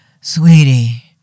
Sweetie